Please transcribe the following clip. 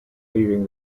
leaving